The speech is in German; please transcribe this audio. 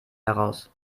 heraus